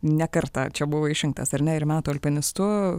ne kartą čia buvo išrinktas ar ne ir metų alpinistu